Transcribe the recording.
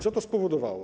Co to spowodowało?